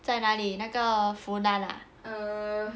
在哪里那个 funan ah